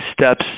steps